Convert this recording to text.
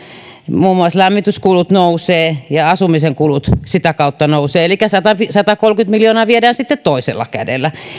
muun muassa lämmityskulut nousevat ja asumisen kulut sitä kautta nousevat elikkä satakolmekymmentä miljoonaa sitten viedään toisella kädellä